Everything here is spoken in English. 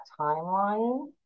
timeline